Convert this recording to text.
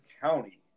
County